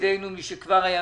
וידידנו משכבר הימים.